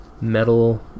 metal